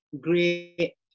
great